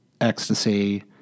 ecstasy